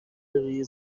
روی